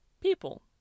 people